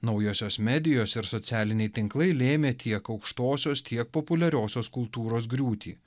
naujosios medijos ir socialiniai tinklai lėmė tiek aukštosios populiariosios kultūros griūtį